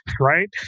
right